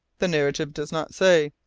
the narrative does not say,